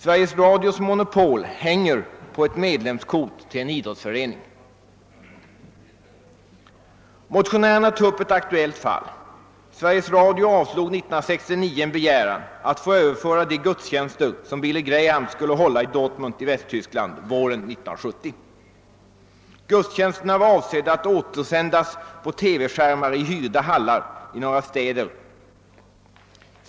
Sveriges Radios monopol hänger på ett medlemskort till en idrottsförening! Motionärerna tar upp ett aktuellt fall. Sveriges Radio behandlade 1969 en begäran att få överföra de gudstjänster som Billy Graham skulle hålla i Dortmund i Västtyskland våren 1970. Gudstjänsterna var avsedda att återsändas på TV-skärmar i hyrda hallar i några städer.